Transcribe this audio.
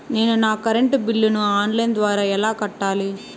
నేను నా కరెంటు బిల్లును ఆన్ లైను ద్వారా ఎలా కట్టాలి?